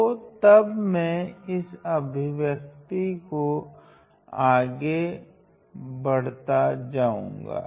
तो तब मैं इस अभिव्यक्ति को आगे बढ़ता जाऊंगा